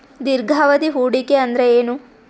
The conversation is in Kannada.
ದೀರ್ಘಾವಧಿ ಹೂಡಿಕೆ ಅಂದ್ರ ಏನು?